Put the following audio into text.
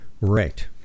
Right